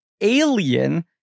Alien